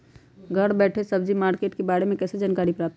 घर बैठे सब्जी मार्केट के बारे में कैसे जानकारी प्राप्त करें?